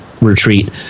retreat